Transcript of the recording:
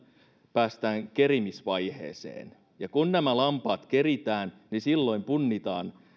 päästään kerimisvaiheeseen ja kun nämä lampaat keritään niin silloin punnitaan